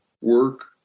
work